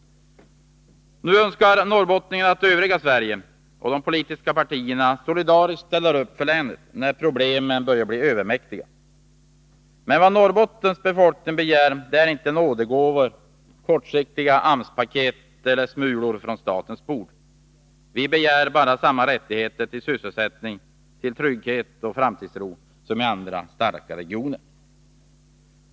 Nu önskar norrbottningarna att övriga Sverige och de politiska partierna solidariskt ställer upp för länet när problemen börjar bli övermäktiga. Men vad Norrbottens befolkning begär är inte nådegåvor, kortsiktiga AMS-paket eller ”smulor från statens bord”. Vi begär samma rättigheter till sysselsättning, trygghet och framtidstro som man har i andra, starka regioner.